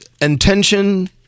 intention